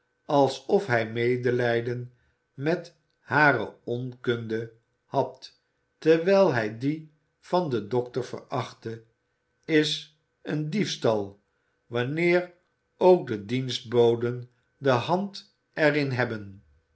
alsof hij medelijden met hare onkunde had terwijl hij die van den dokter verachte is een diefstal wanneer ook de dienstboden de hand er in hebben